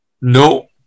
No